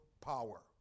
power